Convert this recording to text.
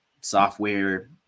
software